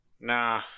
Nah